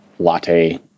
latte